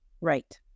Right